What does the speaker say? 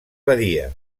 badia